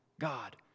God